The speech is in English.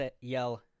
yell